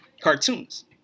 cartoons